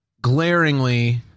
glaringly